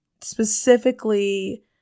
specifically